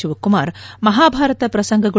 ಶಿವಕುಮಾರ್ ಮಹಾಭಾರತ ಪ್ರಸಂಗಗಳು